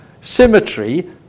symmetry